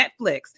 Netflix